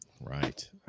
Right